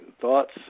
thoughts